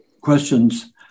questions